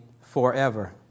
forever